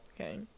Okay